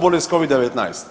bolest Covid-19?